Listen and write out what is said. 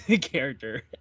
character